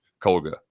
Colga